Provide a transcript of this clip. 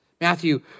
Matthew